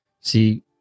See